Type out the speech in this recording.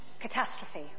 catastrophe